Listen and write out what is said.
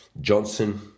Johnson